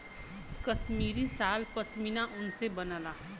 कसमीरी साल पसमिना ऊन से बनला